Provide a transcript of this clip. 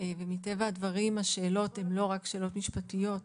ומטבע הדברים השאלות הן לא רק שאלות משפטיות,